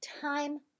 time